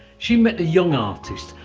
she met a young artist,